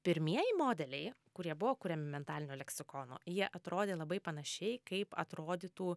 pirmieji modeliai kurie buvo kuriami mentalinio leksikono jie atrodė labai panašiai kaip atrodytų